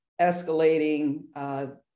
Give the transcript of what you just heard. escalating